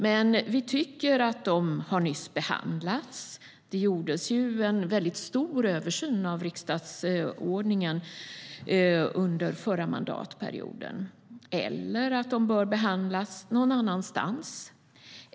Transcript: Men vi tycker att de nyss har behandlats, då det gjordes en stor översyn av riksdagsordningen under förra mandatperioden. Eller också bör de behandlas någon annanstans.